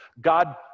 God